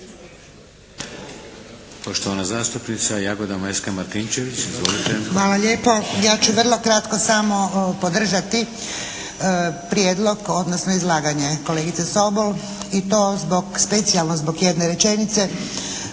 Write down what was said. Poštovana zastupnica Jagoda Majska Martinčević. Izvolite.